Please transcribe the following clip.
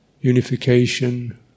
unification